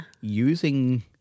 using